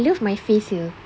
I love my face here